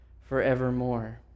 forevermore